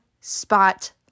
spot